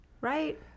Right